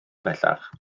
bellach